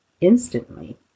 instantly